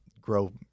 grow